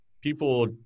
People